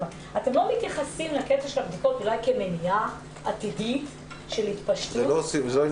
כלומר אתם לא מתייחסים לבדיקות כמניעה עתידית של התפשטות המחלה?